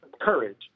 Courage